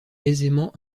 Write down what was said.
aisément